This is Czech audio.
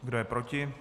Kdo je proti?